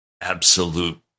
absolute